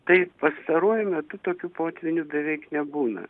tai pastaruoju metu tokių potvynių beveik nebūna